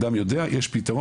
אנחנו עשינו קמפיין,